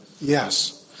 Yes